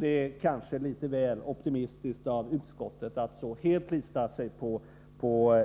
Det är kanske litet väl optimistiskt av utskottet att så helt förlita sig på